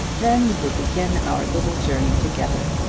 then we will begin our little journey together.